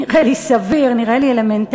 נראה לי סביר, נראה לי אלמנטרי.